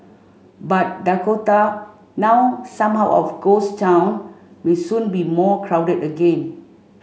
but Dakota now somewhat of ghost town may soon be more crowded again